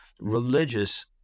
religious